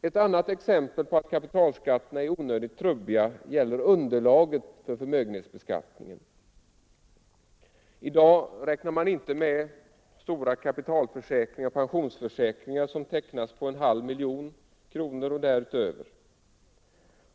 Ett annat exempel på att kapitalskatterna är onödigt trubbiga är underlaget för förmögenhetsbeskattningen. I dag räknar man inte med stora kapitalförsäkringar och pensionsförsäkringar som tecknas på en halv miljon kronor och däröver.